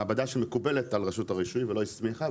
מעבדה שמקובלת על רשות הרישוי ולא הסמיכה,